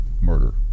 murder